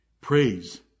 praise